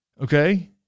okay